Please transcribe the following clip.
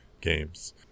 Games